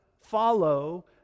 follow